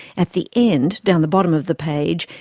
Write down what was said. at the end, down the bottom of the page,